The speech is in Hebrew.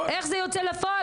איך זה יוצא לפועל?